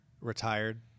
retired